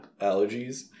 allergies